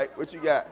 like what you got